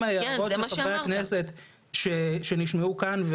עם ההערות של חברי הכנסת שנשמעו כאן,